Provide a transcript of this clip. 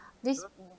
this